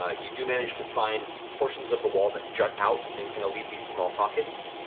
ah you do manage to find portions of the wall that jut out and kind of leave these small pockets.